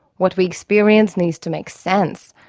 what we experience needs to make sense.